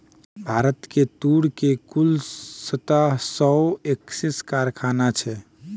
भारत में तूर के कुल सत्रह सौ एक्कैस कारखाना छै